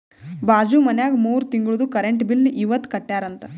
ಬಾಜು ಮನ್ಯಾಗ ಮೂರ ತಿಂಗುಳ್ದು ಕರೆಂಟ್ ಬಿಲ್ ಇವತ್ ಕಟ್ಯಾರ ಅಂತ್